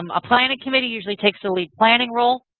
um a planning committee usually takes the lead planning role.